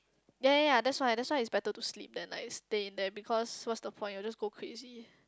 yea yea yea that's why that's why is better to sleep than like staying there because what's the point I'll just go crazy